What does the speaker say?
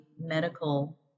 medical